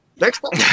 Next